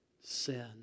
sin